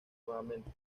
nuevamente